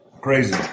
crazy